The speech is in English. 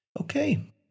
okay